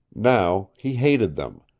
now he hated them,